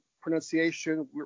pronunciation